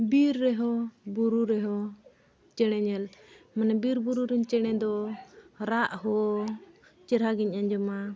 ᱵᱤᱨ ᱨᱮᱦᱚᱸ ᱵᱩᱨᱩ ᱨᱮᱦᱚᱸ ᱪᱮᱬᱮ ᱧᱮᱞ ᱢᱟᱱᱮ ᱵᱤᱨ ᱵᱩᱨᱩ ᱨᱮᱱ ᱪᱮᱬᱮ ᱫᱚ ᱨᱟᱜ ᱦᱚᱸ ᱪᱮᱨᱦᱟ ᱜᱤᱧ ᱟᱸᱡᱚᱢᱟ